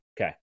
Okay